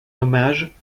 hommage